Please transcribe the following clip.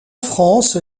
france